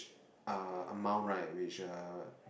uh amount right which uh